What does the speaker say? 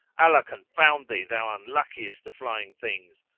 allah confound thee, thou unluckiest of flying things!